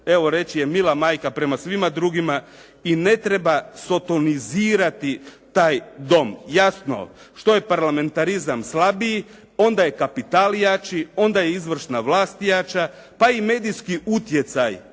ću reći je mila majka prema svima drugima i ne treba sotonizirati taj dom. Jasno, što je parlamentarizam slabiji onda je kapital jači, onda je izvršna vlast jača pa i medijski utjecaj